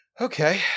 Okay